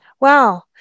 Wow